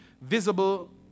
visible